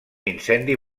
incendi